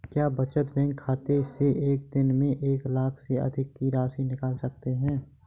क्या बचत बैंक खाते से एक दिन में एक लाख से अधिक की राशि निकाल सकते हैं?